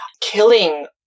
killing